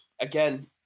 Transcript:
again